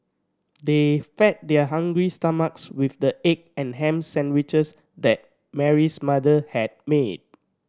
they fed their hungry stomachs with the egg and ham sandwiches that Mary's mother had made